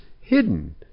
hidden